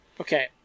okay